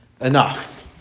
enough